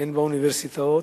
הן באוניברסיטאות,